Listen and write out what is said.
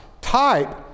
Type